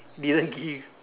didn't give